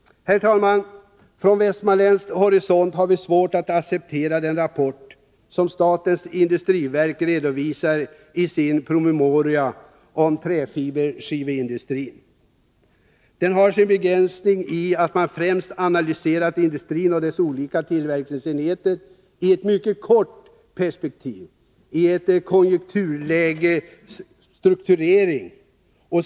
Herr talman! Från västmanländsk horisont har vi svårt att acceptera den rapport som statens industriverk redovisar i sin promemoria om träfiberskiveindustrin. Den har sin begränsning i att man främst analyserat industrin och dess olika tillverkningsenheter i ett mycket kort perspektiv, i ett konjunkturläges strukturering.